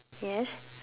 yes